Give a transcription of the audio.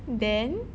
then